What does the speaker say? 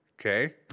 okay